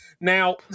Now